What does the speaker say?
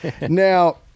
Now